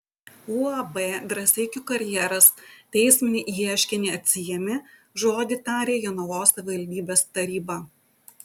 uab drąseikių karjeras teisminį ieškinį atsiėmė žodį tarė jonavos savivaldybės taryba